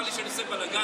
צר לי שאני עושה בלגן,